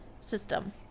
system